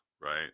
right